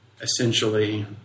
essentially